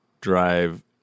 drive